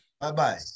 Bye-bye